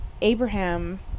Abraham